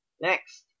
Next